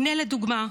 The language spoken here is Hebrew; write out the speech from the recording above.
הינה לדוגמה,